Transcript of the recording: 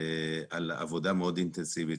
על עבודה אינטנסיבית מאוד.